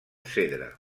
cedre